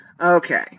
Okay